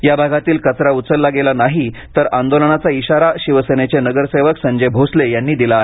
या भागातील कचरा उचला गेला नाही तर आंदोलनाचा इशारा शिवसेनेचे नगरसेवक संजय भोसले यांनी दिला आहे